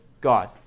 God